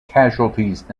casualties